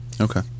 Okay